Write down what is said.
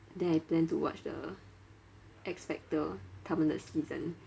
then I plan to watch the X factor 他们的 season